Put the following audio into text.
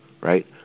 right